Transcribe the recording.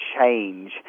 change